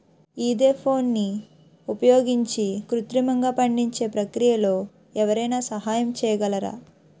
ఈథెఫోన్ని ఉపయోగించి కృత్రిమంగా పండించే ప్రక్రియలో ఎవరైనా సహాయం చేయగలరా?